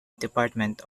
department